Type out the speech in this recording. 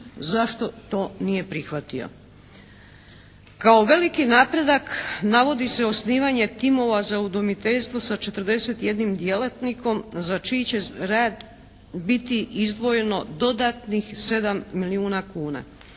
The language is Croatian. zašto to nije prihvatio. Kao veliki napredak navodi se osnivanje timova za udomiteljstvo sa 41 djelatnikom za čiji će rad biti izdvojeno dodatnih 7 milijuna kuna,